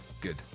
good